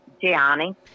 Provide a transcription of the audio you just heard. Gianni